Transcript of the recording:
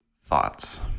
thoughts